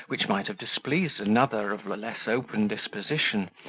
which might have displeased another of a less open disposition,